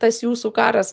tas jūsų karas